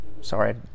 Sorry